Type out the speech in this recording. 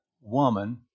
woman